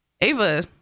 Ava